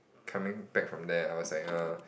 coming back from there I was like err